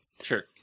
Sure